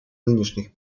нынешних